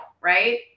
right